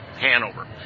Hanover